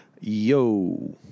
yo